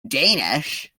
danish